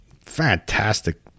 Fantastic